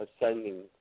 ascending